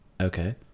Okay